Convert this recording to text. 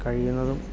കഴിയുന്നതും